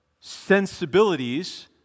sensibilities